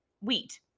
wheat